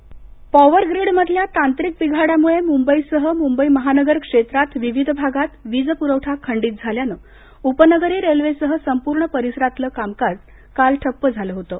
मंबई वीज पॉवर ग्रीडमधल्या तांत्रिक विघाडामुळे मुंबईसह मुंबई महानगर क्षेत्रात विविध भागात वीजपुरवठा खंडीत झाल्यानं उपनगरी रेल्वेसह संपूर्ण परिसरातलं कामकाज ठप्प झालं होतं